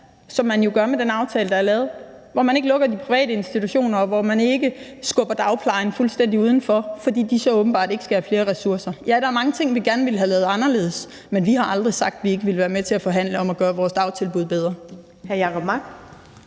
som man jo gør med den aftale, der er lavet – hvor man ikke lukker de private institutioner, og hvor man ikke skubber dagplejen fuldstændig udenfor, fordi de så åbenbart ikke skal have flere ressourcer. Ja, der er mange ting, som vi gerne ville have lavet anderledes, men vi har aldrig sagt, at vi ikke ville være med til at forhandle om at gøre vores dagtilbud bedre. Kl. 12:47